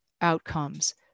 outcomes